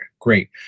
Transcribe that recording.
great